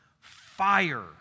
fire